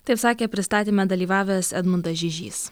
taip sakė pristatyme dalyvavęs edmundas žižys